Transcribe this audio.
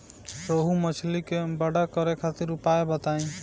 रोहु मछली के बड़ा करे खातिर उपाय बताईं?